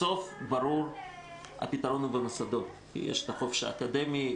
בסוף ברור שהפתרון הוא במוסדות כי יש חופש אקדמי.